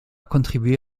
contribué